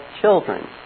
children